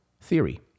theory